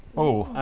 oh